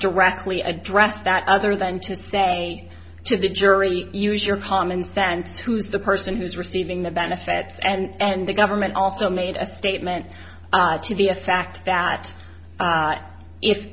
directly address that other than to say to the jury use your common sense who's the person who's receiving the benefits and the government also made a statement to be a fact that